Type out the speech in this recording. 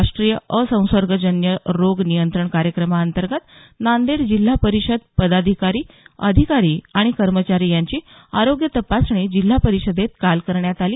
राष्ट्रीय असंर्सगजन्य रोग नियंत्रण कार्यक्रमांतगत नांदेड जिल्हा परिषद पदाधिकारी अधिकारी कर्मचारी यांची आरोग्य तपासणी जिल्हा परिषदेत काल करण्यात आली